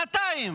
שנתיים.